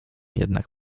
jednak